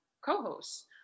co-hosts